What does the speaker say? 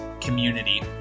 community